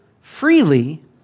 freely